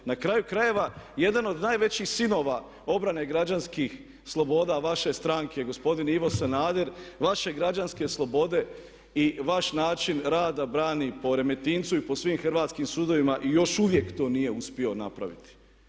Na kraju krajeva, jedan od najvećih sinova obrane građanskih sloboda vaše stranke gospodin Ivo Sanader, vaše građanske slobode i vaš način rada brani po Remetincu i po svim hrvatskim sudovima i još uvijek to nije uspio napraviti.